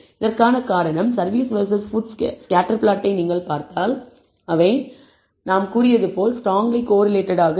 இதற்கான காரணம் service versus food scatter பிளாட்டை நீங்கள் பார்த்தால் அவை நாம் கூறியது போல ஸ்டராங்லி கோரிலேட்டட் ஆக இருக்கும்